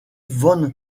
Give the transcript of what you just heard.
van